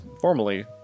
formally